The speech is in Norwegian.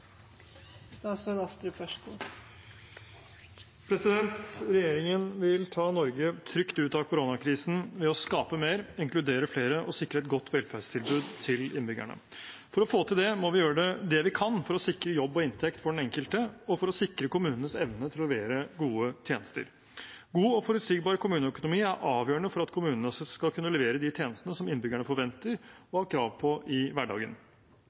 innbyggerne. For å få til det må vi gjøre det vi kan for å sikre jobb og inntekt for den enkelte og for å sikre kommunenes evne til å levere gode tjenester. God og forutsigbar kommuneøkonomi er avgjørende for at kommunene skal kunne levere de tjenestene som innbyggerne forventer og har krav på i hverdagen